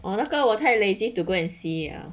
啊那个我太 lazy to go and see ah